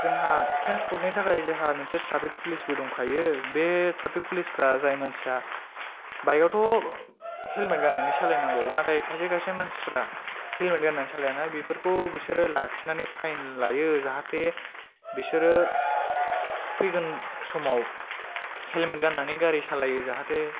जोंहा ट्रेनसर्पटनि थाखाय जोंहा मोनसे ट्रापिक पुलिसबो दंखायो बे ट्रापिक पुलिसफ्रा जाय मानसिया बाइग आव थ'' हेलमेट गाननानै सालायनांगौ नाथाय खायसे खायसे मानसिफ्रा हेल्मेट गानना सालाया ना बिफोरखौ बिसोरो लाखिनानै फाइन लायो जाहाथे बिसोरो फैगोन समाव हेल्मेट गान्नानै गारि सालायो जाहाथे